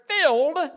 filled